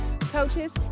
coaches